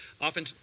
Often